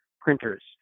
printers